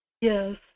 Yes